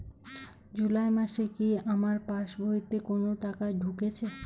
জুলাই মাসে কি আমার পাসবইতে কোনো টাকা ঢুকেছে?